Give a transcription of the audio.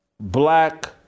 black